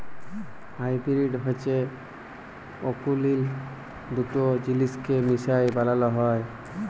hybrid হছে অকুলীল দুট জিলিসকে মিশায় বালাল হ্যয়